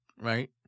Right